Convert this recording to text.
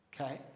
Okay